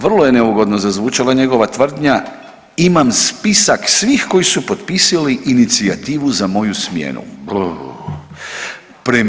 Vrlo je neugodno zazvučala njegova tvrdnja imam spisak svih koji su potpisali inicijativu za moju smjenu, brrrr.